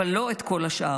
אבל לא את כל השאר.